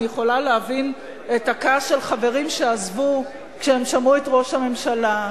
אני יכולה להבין את הכעס של חברים שעזבו כשהם שמעו את ראש הממשלה,